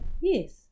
Yes